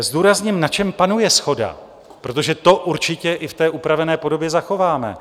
Zdůrazním, na čem panuje shoda, protože to určitě i v upravené podobě zachováme.